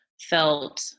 felt